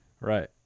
Right